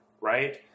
right